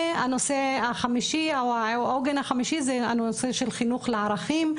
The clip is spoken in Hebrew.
הנושא החמישי או העוגן החמישי זה הנושא של חינוך לערכים.